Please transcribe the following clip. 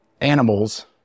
animals